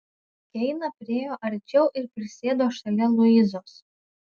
keina priėjo arčiau ir prisėdo šalia luizos